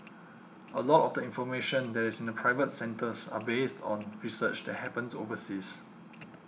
a lot of the information that is in the private centres are based on research that happens overseas